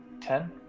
Ten